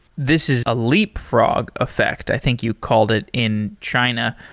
this is a leapfrog effect, i think you called it in china.